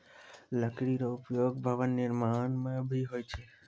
लकड़ी रो उपयोग भवन निर्माण म भी होय छै